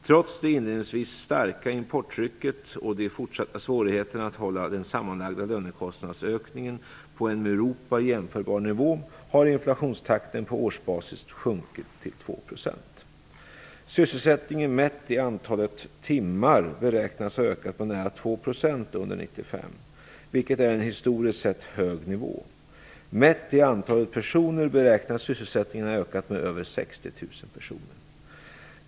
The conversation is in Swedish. Trots det inledningsvis starka importtrycket och de fortsatta svårigheterna att hålla den sammanlagda lönekostnadsökningen på en med Europa jämförbar nivå har inflationstakten på årsbasis sjunkit till 2 %. Sysselsättningen mätt i antalet timmar beräknas ha ökat med nära 2 % under 1995, vilket är en historiskt sett hög nivå. Mätt i antalet personer beräknas sysselsättningen ha ökat med över 60 000 personer.